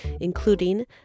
including